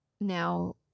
now